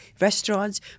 restaurants